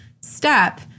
step